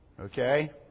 Okay